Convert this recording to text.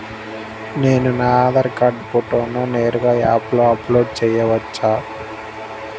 నేను నా ఆధార్ కార్డ్ ఫోటోను నేరుగా యాప్లో అప్లోడ్ చేయవచ్చా?